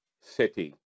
city